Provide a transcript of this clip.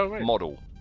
model